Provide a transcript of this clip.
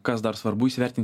kas dar svarbu įsivertint